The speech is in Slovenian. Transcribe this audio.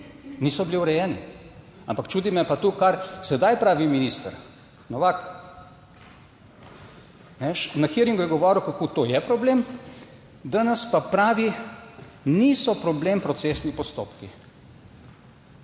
niso bili urejeni, ampak čudi me pa to, kar sedaj pravi minister Novak, na hearingu je govoril kako to je problem, danes pa pravi, niso problem procesni postopki.